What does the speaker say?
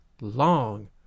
long